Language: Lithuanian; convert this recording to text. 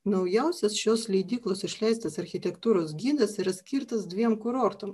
naujausias šios leidyklos išleistas architektūros gidas ir skirtas dviem kurortams